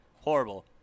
Horrible